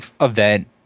event